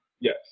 Yes